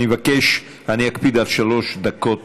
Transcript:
אני מבקש, אני אקפיד על שלוש דקות